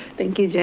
thank you, jen,